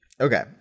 Okay